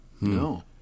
No